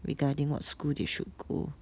regarding what school they should go